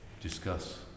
Discuss